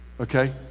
okay